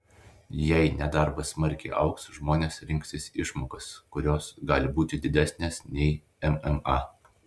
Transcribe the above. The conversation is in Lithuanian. jei nedarbas smarkiai augs žmonės rinksis išmokas kurios gali būti didesnės nei mma